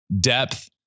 depth